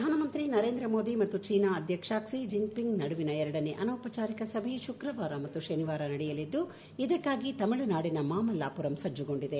ಪ್ರಧಾನಮಂತ್ರಿ ನರೇಂದ್ರ ಮೋದಿ ಮತ್ತು ಚೀನಾ ಅಧ್ಯಕ್ಷ ಕ್ಸಿ ಜಿನ್ ಪಿಂಗ್ ನಡುವಿನ ಎರಡನೇ ಅನೌಪಚಾರಿಕ ಸಭೆ ಶುಕ್ರವಾರ ಮತ್ತು ಶನಿವಾರ ನಡೆಯಲಿದ್ದು ಇದಕ್ಕಾಗಿ ತಮಿಳುನಾಡಿನ ಮಾಮಲ್ಲಾಪುರಂ ಸಜ್ಜುಗೊಂಡಿದೆ